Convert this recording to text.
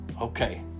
okay